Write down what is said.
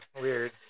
Weird